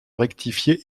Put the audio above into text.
rectifié